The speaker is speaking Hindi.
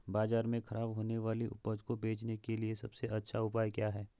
बाजार में खराब होने वाली उपज को बेचने के लिए सबसे अच्छा उपाय क्या हैं?